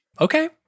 Okay